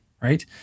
right